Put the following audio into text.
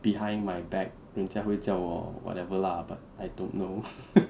behind my back 人家会叫我 whatever lah but I don't know